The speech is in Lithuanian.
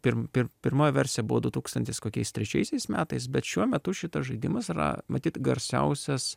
pirm pir pirmoji versija buvo du tūkstantis kokiais trečiaisiais metais bet šiuo metu šitas žaidimas yra matyt garsiausias